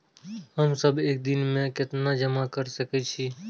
हम सब एक दिन में केतना जमा कर सके छी?